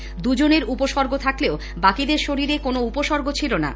দুজনের উপসর্গ থাকলেও বাকিদের কোনো উপসর্গ ছিলোনা